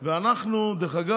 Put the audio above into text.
את הזמן הזה, גם אז, דרך אגב,